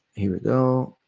here we go.